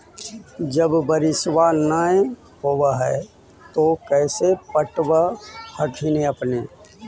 जब बारिसबा नय होब है तो कैसे पटब हखिन अपने?